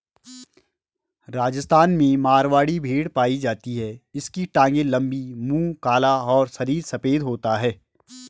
राजस्थान में मारवाड़ी भेड़ पाई जाती है इसकी टांगे लंबी, मुंह काला और शरीर सफेद होता है